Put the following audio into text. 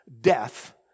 death